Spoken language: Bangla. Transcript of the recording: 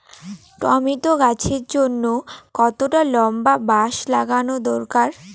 টমেটো গাছের জন্যে কতটা লম্বা বাস লাগানো দরকার?